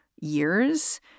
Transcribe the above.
years